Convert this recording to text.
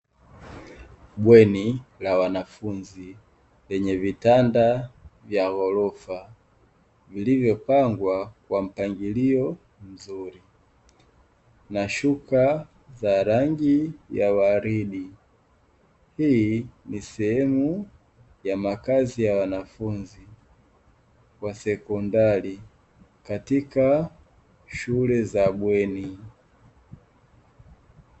Bweni la wanafunzi lenye vitanda vya ghorofa vilivyopangwa kwa mpangilio mzuri na shuka za rangi ya waridi, hii ni sehemu ya makazi ya wanafunzi wa sekondari katika shule za bweni.